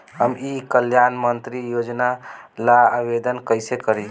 हम ई कल्याण मुख्य्मंत्री योजना ला आवेदन कईसे करी?